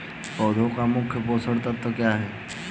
पौधे का मुख्य पोषक तत्व क्या हैं?